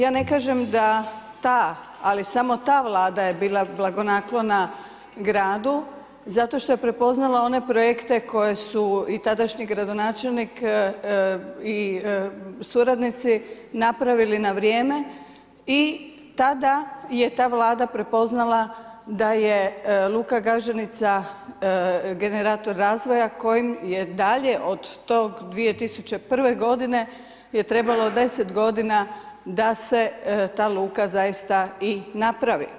Ja ne kažem da ta ali samo ta Vlada je bila blagonaklona gradu, zato što je prepoznala one projekte koji su i tadašnji gradonačelnik i suradnici napravili na vrijeme i tada je ta Vlada prepoznala da je Luka Galženica generator razvoja kojim je dalje od tog 2001. godine je trebalo deset godina da se ta luka zaista i napravi.